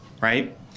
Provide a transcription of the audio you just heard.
right